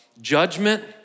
judgment